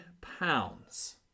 pounds